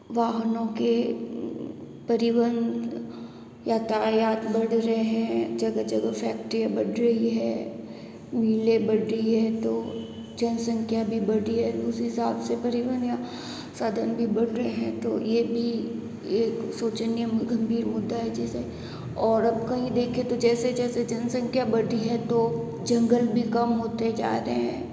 वाहनों के परिवहन यातायात बढ़ रहे हैं जगह जगह फैक्ट्रीयां बढ़ रही हैं मीलें बढ़ रही है तो जनसंख्या भी बढ़ रही है उस हिसाब से परिवहन या साधन भी बढ़ रहे हैं तो यह भी एक सोचनीय गंभीर मुद्दा है जिसे और अब कहीं देखे तो जैसे जैसे जनसंख्या बढ़ी है तो जंगल भी कम होते जा रहे हैं